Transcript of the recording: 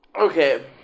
Okay